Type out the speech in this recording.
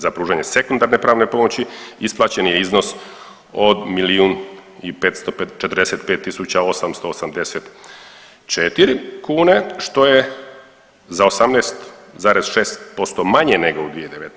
Za pružanje sekundarne pravne pomoći isplaćen je iznos od milijun i 545 tisuća 884 kune, što je za 18,6% manje nego u 2019.